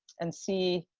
and see.